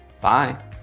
Bye